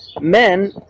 Men